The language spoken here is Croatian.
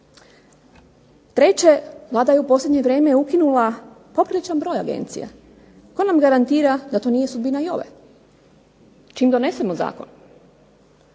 Treće, Vlada je u posljednje vrijeme ukinula popriličan broj agencija. Tko nam garantira da to nije sudbina i ove čim donesemo zakon.